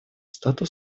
статуту